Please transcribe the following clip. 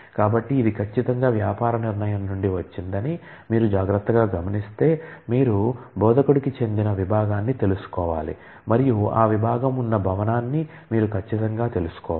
కాబట్టి ఇది ఖచ్చితంగా వ్యాపార నిర్ణయం నుండి వచ్చినదని మీరు జాగ్రత్తగా గమనిస్తే మీరు బోధకుడికి చెందిన విభాగాన్ని తెలుసుకోవాలి మరియు ఆ విభాగం ఉన్న భవనాన్ని మీరు ఖచ్చితంగా తెలుసుకోవాలి